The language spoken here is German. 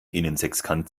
innensechskant